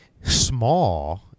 small